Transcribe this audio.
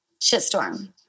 shitstorm